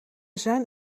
zijn